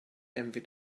envy